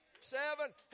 Seven